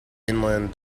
inland